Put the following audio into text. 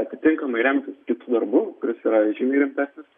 atitinkamai remtis kitu darbukuris yra žymiai rimtesnis